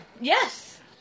Yes